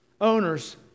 Owners